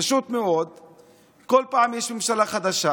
פשוט מאוד כל פעם יש ממשלה חדשה,